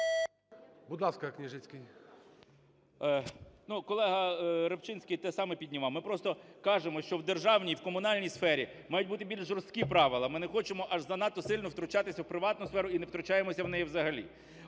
КНЯЖИЦЬКИЙ М.Л. Колега Рибчинський те саме піднімав. Ми просто кажемо, що в державній і в комунальній сфері мають бути більш жорсткі правила, ми не хочемо аж занадто сильно втручатися в приватну сферу, і не втручаємося у неї взагалі.